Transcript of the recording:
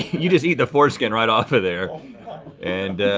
you just eat the foreskin right off of there and